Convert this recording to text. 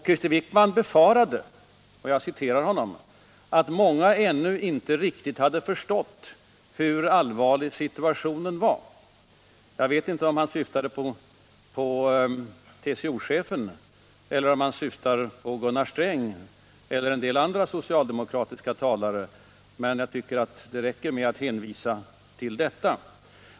Krister Wickman befarade — jag citerar honom — att många ännu inte riktigt hade förstått hur allvarlig situationen var. Jag vet inte om herr Wickman syftade på TCO-chefen eller om han syftade på Gunnar Sträng eller en del andra socialdemokratiska talare, men jag tycker det räcker med att hänvisa till detta.